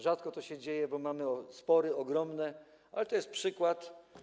Rzadko to się dzieje, bo mamy spory ogromne, ale to jest taki przykład.